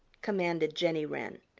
commanded jenny wren.